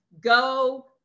go